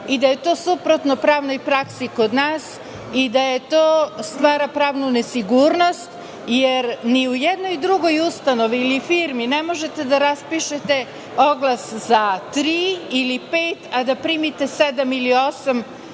i da je to suprotno pravnoj praksi kod nas i da to stvara pravnu nesigurnost, jer ni u jednoj drugoj ustanovi ili firmi ne možete da raspišete oglas za tri ili pet, a da primite sedam ili osam